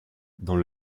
dans